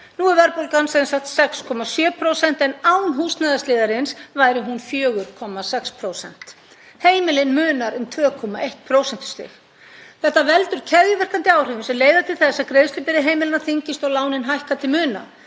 Nú er verðbólgan sem sagt 6,7% en án húsnæðisliðarins væri hún 4,6%. Heimilin munar um 2,1 prósentustig. Þetta veldur keðjuverkandi áhrifum sem leiða til þess að greiðslubyrði heimilanna þyngist og lánin hækka til muna.